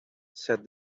said